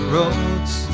roads